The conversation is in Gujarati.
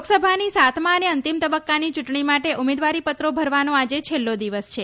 લોકસભાની સાતમા અને અંતિમ તબક્કાની ચ્રંટણી માટે ઉમેદવારીપત્રો ભરવાનો આજે છેલ્લો દિવસ છે